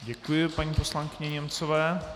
Děkuji paní poslankyni Němcové.